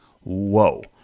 Whoa